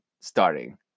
starting